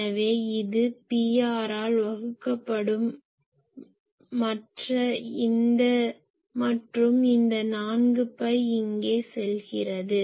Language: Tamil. எனவே இது Prஆல் வகுக்கப்படும் மற்றும் இந்த 4 பை இங்கே செல்கிறது